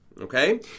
Okay